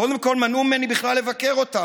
קודם כול, מנעו ממני בכלל לבקר אותם.